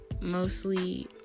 mostly